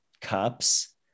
Cups